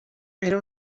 era